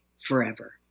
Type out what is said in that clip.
forever